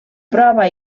prova